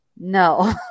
no